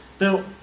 Now